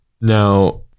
Now